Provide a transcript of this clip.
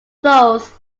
those